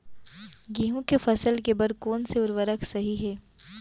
गेहूँ के फसल के बर कोन से उर्वरक सही है?